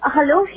Hello